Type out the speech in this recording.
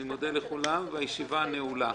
אני מודה לכולם, הישיבה נעולה.